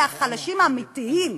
אלה החלשים האמיתיים.